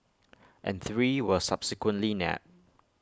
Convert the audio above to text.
and three were subsequently nabbed